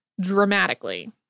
dramatically